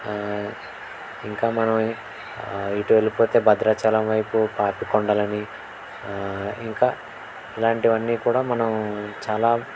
ఇంకా మనం ఇటు వెళ్ళిపోతే భద్రాచలం వైపు పాపికొండలని ఇంకా ఇలాంటివన్నీ కూడా మనం చాలా